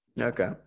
Okay